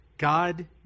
God